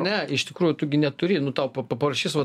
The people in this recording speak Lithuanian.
ne iš tikrųjų tu gi neturi nu tau pa paprašys va